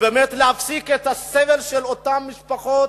באמת להפסיק את הסבל של אותן משפחות,